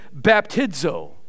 baptizo